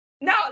No